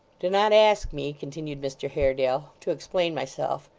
do not ask me continued mr haredale, to explain myself.